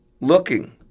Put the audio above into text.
looking